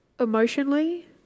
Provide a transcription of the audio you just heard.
Emotionally